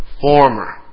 former